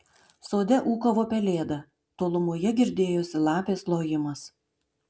sode ūkavo pelėda tolumoje girdėjosi lapės lojimas